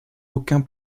aucun